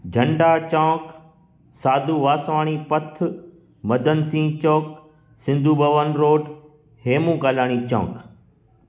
Jhanda Chowk Sadhu Vaswani Path Madan Singh Chowk Sindhu Bhavan road Hemu Kalani Chowk